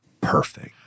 perfect